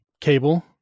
cable